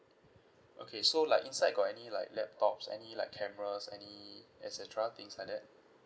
okay so like inside got any like laptops any like cameras any et cetera things like that